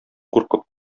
куркып